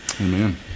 Amen